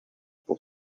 pour